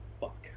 Fuck